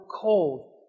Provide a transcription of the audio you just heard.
cold